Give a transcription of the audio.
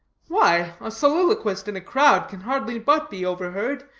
why, a soliloquist in a crowd can hardly but be overheard,